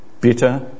bitter